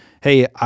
hey